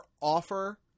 offer